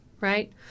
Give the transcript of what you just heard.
right